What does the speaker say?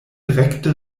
rekte